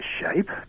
Shape